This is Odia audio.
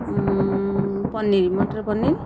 ପନିରି ମଟର ପନିର